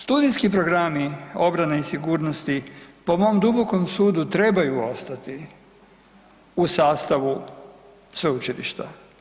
Studijski programi obrane i sigurnosti po mom dubokom sudu trebaju ostati u sastavu sveučilišta.